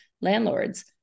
landlords